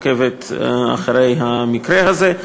עוקבת אחרי המקרה הזה.